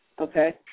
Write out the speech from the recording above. okay